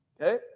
Okay